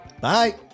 Bye